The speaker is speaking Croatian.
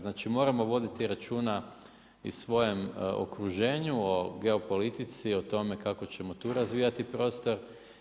Znači moramo voditi računa i o svojem okruženju, o geopolitici, o tome kako ćemo tu razvijati prostor.